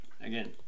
again